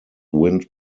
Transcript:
wind